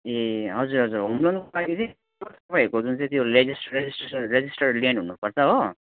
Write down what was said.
ए हजुर हजुर होम लोनको तपाईँहरूको जुन चाहिँ त्यो लेजिस् रेजिस्ट्रेसन रेजिस्टर्ड ल्यान्ड हुनुपर्छ हो